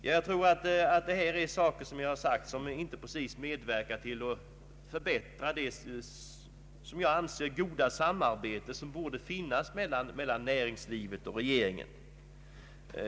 Jag tror att det här är sådant som inte medverkar till att förbättra det goda samarbete som enligt min uppfattning borde finnas mellan näringslivet och regeringen.